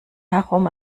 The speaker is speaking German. herum